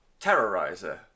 Terrorizer